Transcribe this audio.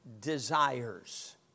desires